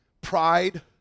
Pride